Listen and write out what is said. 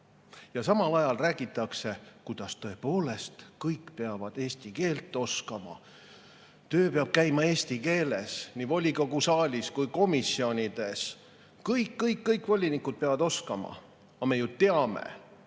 Ja samal ajal räägitakse, kuidas tõepoolest kõik peavad eesti keelt oskama, töö peab käima eesti keeles nii volikogu saalis kui komisjonides, kõik-kõik-kõik volinikud peavad seda oskama. Aga me ju teame,